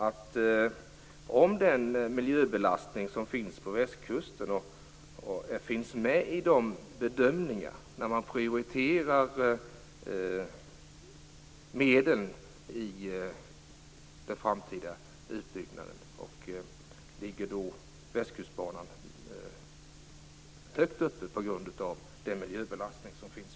Det gäller huruvida den miljöbelastning som finns på västkusten finns med i de bedömningar som görs när man prioriterar medlen för den framtida utbyggnaden. Ligger då Västkustbanan högt upp på grund av den miljöbelastning som finns?